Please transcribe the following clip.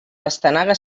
pastanaga